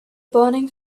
burning